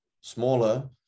smaller